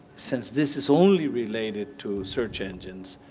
since this is only related to search engines,